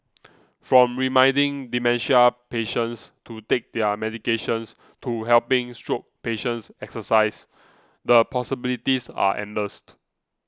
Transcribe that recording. from reminding dementia patients to take their medications to helping stroke patients exercise the possibilities are endless